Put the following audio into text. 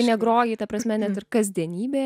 negroji ta prasme net ir kasdienybėje